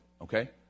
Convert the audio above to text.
okay